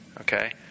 okay